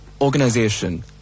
organization